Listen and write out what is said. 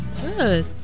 Good